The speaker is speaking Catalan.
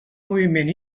moviment